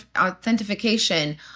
authentication